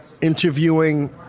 interviewing